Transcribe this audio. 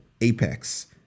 Apex